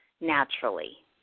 naturally